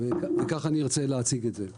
ככה נרצה להציג את זה.